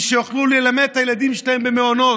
שיוכלו ללמד את הילדים שלהם במעונות,